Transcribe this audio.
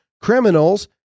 Criminals